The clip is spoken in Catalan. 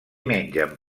mengen